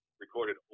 recorded